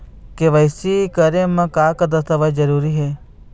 KYC करे म का का दस्तावेज जरूरी हे?